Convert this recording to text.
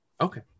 Okay